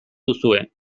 duzue